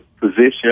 position